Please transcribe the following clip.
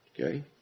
Okay